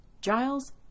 Giles